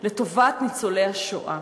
לטובת ניצולי השואה.